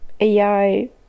ai